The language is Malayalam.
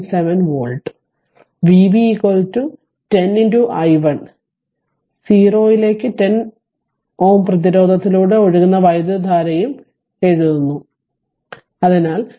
7 വോൾട്ടും Vb r 10 i1 0 Ω ലേക്ക് 10 പ്രതിരോധത്തിലൂടെ ഒഴുകുന്ന വൈദ്യുതധാരയും എഴുതുന്നു അതിനാൽ 10 4